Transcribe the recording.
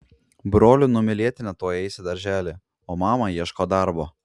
brolių numylėtinė tuoj eis į darželį o mama ieško darbo